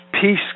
peace